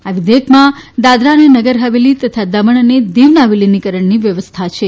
આ વિઘેયકમાં દાદરા અને નગર હવેલી તથા દમણ અને દીવના વિલીનીકરણની વ્યવસ્થા છે